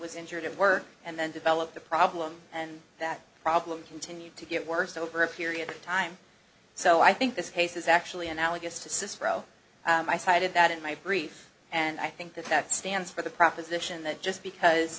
was injured at work and then developed a problem and that problem continued to get worse over a period of time so i think this case is actually analogous to cicero i cited that in my brief and i think that that stands for the proposition that just because